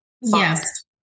Yes